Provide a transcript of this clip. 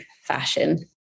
fashion